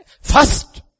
First